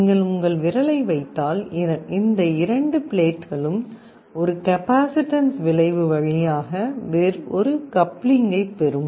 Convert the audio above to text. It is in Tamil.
நீங்கள் உங்கள் விரலை வைத்தால் இந்த இரண்டு பிளேட்களும் ஒரு கெபாசிட்டன்ஸ் விளைவு வழியாக ஒரு கப்ளிங்கைப் பெறும்